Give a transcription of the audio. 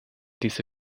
diese